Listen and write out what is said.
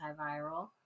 antiviral